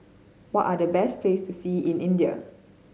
what are the best place to see in India